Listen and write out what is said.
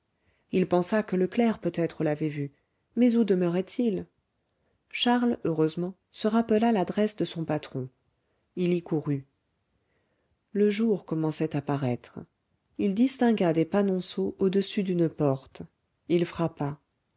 il pensa que le clerc peut-être l'avait vue mais où demeurait-il charles heureusement se rappela l'adresse de son patron il y courut le jour commençait à paraître il distingua des panonceaux audessus d'une porte il frappa